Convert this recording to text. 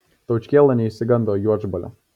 taučkėla neišsigando juodžbalio